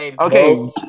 Okay